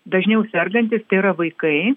dažniau sergantys tai yra vaikai